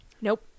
Nope